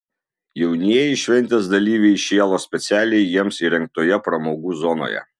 jaunieji šventės dalyviai šėlo specialiai jiems įrengtoje pramogų zonoje